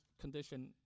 condition